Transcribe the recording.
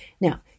Now